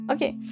Okay